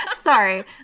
Sorry